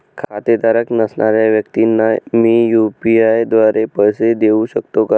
खातेधारक नसणाऱ्या व्यक्तींना मी यू.पी.आय द्वारे पैसे देऊ शकतो का?